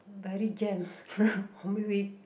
bloody jam we